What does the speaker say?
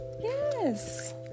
Yes